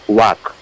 work